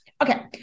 Okay